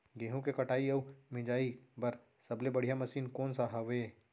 गेहूँ के कटाई अऊ मिंजाई बर सबले बढ़िया मशीन कोन सा हवये?